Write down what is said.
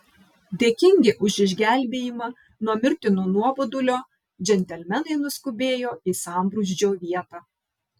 dėkingi už išgelbėjimą nuo mirtino nuobodulio džentelmenai nuskubėjo į sambrūzdžio vietą